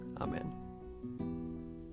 Amen